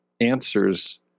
answers